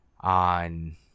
On